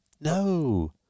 No